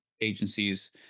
agencies